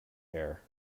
hare